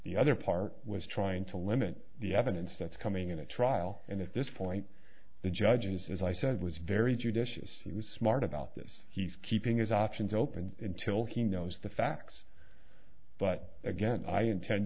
the other part was trying to limit the evidence that's coming into trial and at this point the judge is as i said was very judicious he was smart about this he's keeping his options open until he knows the facts but again i intend